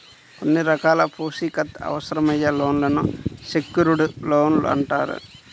కొన్ని రకాల పూచీకత్తు అవసరమయ్యే లోన్లను సెక్యూర్డ్ లోన్లు అంటారు